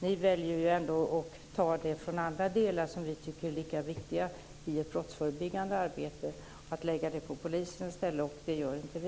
Ni väljer ändå att ta medel från andra delar som vi tycker är lika viktiga i det brottsförebyggande arbetet och i stället lägga det på polisen. Det gör inte vi.